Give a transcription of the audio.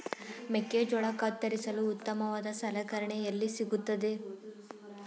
ಮೆಕ್ಕೆಜೋಳ ಕತ್ತರಿಸಲು ಉತ್ತಮವಾದ ಸಲಕರಣೆ ಎಲ್ಲಿ ಸಿಗುತ್ತದೆ?